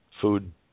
food